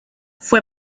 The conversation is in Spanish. fue